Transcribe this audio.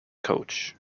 coach